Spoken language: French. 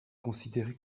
considéré